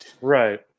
Right